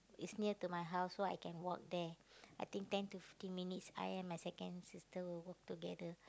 it's near to my house so I can walk there I think ten to fifteen minutes I and my second sister will walk together